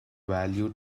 value